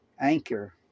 anchor